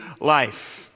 life